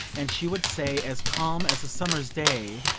and she would say, as calm as a summer's day,